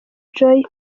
joy